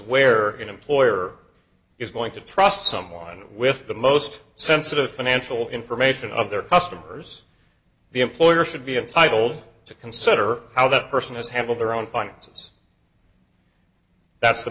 where an employer is going to trust someone with the most sensitive financial information of their customers the employer should be entitled to consider how that person has handled their own findings that's the